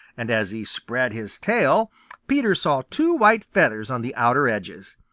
and as he spread his tail peter saw two white feathers on the outer edges.